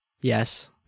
Yes